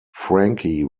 frankie